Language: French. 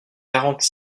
quarante